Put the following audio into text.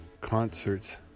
concerts